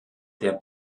der